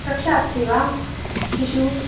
कक्षा अस्ति वा शिशोः